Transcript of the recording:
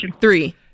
three